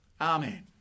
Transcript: amen